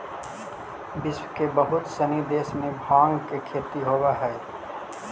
विश्व के बहुत सनी देश में भाँग के खेती होवऽ हइ